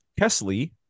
Kesley